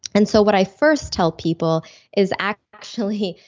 and so what i first tell people is actually,